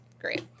great